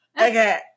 Okay